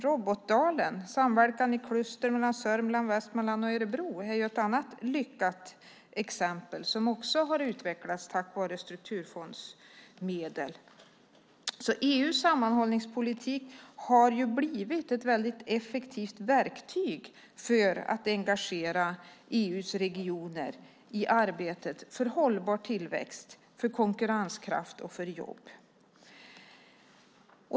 Robotdalen - en samverkan i kluster mellan Sörmland, Västmanland och Örebro - är ett annat exempel på en lyckad utveckling tack vare strukturfondsmedel. EU:s sammanhållningspolitik har alltså blivit ett väldigt effektivt verktyg för att engagera EU:s regioner i arbetet för hållbar tillväxt, för konkurrenskraft och för jobb.